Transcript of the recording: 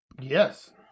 Yes